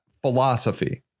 philosophy